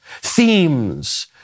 themes